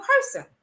person